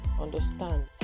Understand